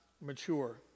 mature